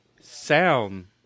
sound